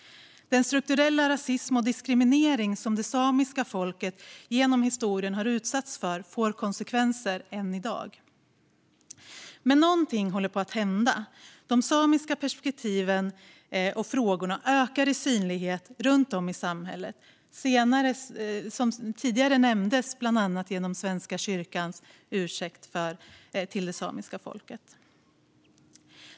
Den strukturella rasism och diskriminering som det samiska folket genom historien har utsatts för får konsekvenser än i dag. Men någonting håller på att hända. De samiska perspektiven och frågorna ökar i synlighet runt om i samhället, bland annat genom Svenska kyrkans ursäkt till det samiska folket, vilket tidigare nämndes.